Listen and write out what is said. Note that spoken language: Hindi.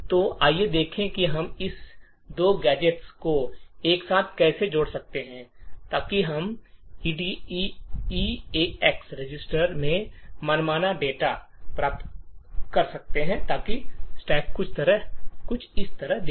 तो आइए देखें कि हम इन दो गैजेट्स को एक साथ कैसे जोड़ सकते हैं ताकि हम ईरेक्स रजिस्टर में मनमाना डेटा प्राप्त कर सकें ताकि स्टैक कुछ इस तरह दिखे